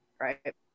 Right